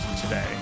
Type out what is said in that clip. today